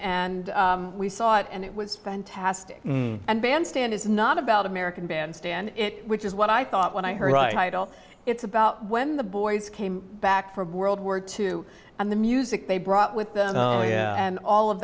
and we saw it and it was fantastic and bandstand is not about american bandstand which is what i thought when i heard it all it's about when the boys came back from world war two and the music they brought with them and all of